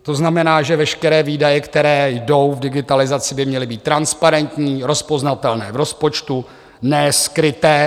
To znamená, že veškeré výdaje, které jdou v digitalizaci, by měly být transparentní, rozpoznatelné v rozpočtu, ne skryté.